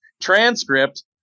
transcript